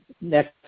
next